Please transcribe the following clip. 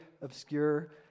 obscure